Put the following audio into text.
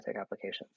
applications